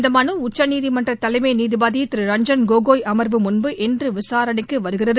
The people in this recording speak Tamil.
இந்த மலு உச்சநீதிமன்ற தலைமை நீதிபதி திரு ரஞ்சன் கோகோய் அமர்வு மமுன்பு இன்று விசாரணைக்கு வருகிறது